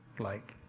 like.